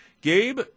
Gabe